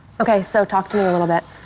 okay, so talk to me a little bit.